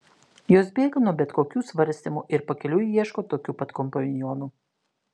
jos bėga nuo bet kokių svarstymų ir pakeliui ieško tokių pat kompanionų